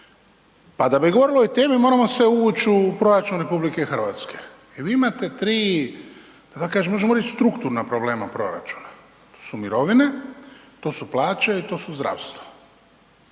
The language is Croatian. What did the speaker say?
Pa da bi govorili o ovoj temi moramo se uvući u proračun RH. Jer vi imate tri, možemo reći strukturna problema u proračunu, to su mirovine, to su plaće i to su zdravstvo.